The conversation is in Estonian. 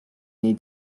nii